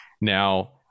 Now